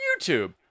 YouTube